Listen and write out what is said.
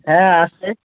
হ্যাঁ আসছে